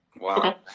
wow